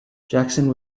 jackson